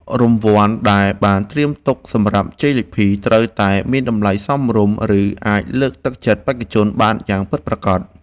រង្វាន់ដែលបានត្រៀមទុកសម្រាប់ជ័យលាភីត្រូវតែមានតម្លៃសមរម្យ ឬ អាចលើកទឹកចិត្តបេក្ខជនបានយ៉ាងពិតប្រាកដ។